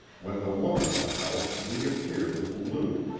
when the woman of the house reappeared with lou,